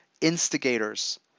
instigators